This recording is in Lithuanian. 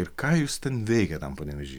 ir ką jūs ten veikiat tam panevėžy